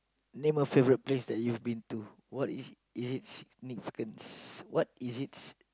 name a favourite place that you've have been to what is is it significance what is it